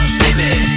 baby